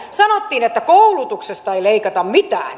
sanottiin että koulutuksesta ei leikata mitään